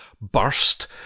burst